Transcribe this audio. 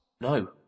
No